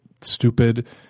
stupid